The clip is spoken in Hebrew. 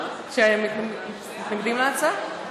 שמתנגדים להצעה.